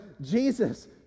Jesus